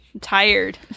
tired